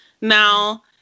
now